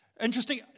Interesting